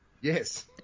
Yes